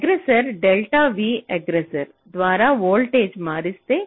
ఎగ్రెసర్ delta V ఎగ్రెసర్ ద్వారా వోల్టేజ్ను మారిస్తే